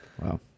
wow